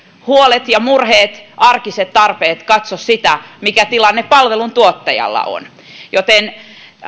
huolet ja murheet arkiset tarpeet katso sitä mikä tilanne palveluntuottajalla on joten